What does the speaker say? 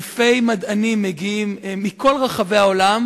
אלפי מדענים מגיעים מכל רחבי העולם.